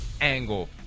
angle